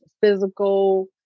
physical